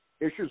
Issues